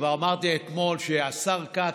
כבר אמרתי אתמול שהשר כץ,